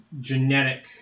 genetic